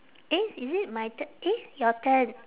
eh is it my t~ eh your turn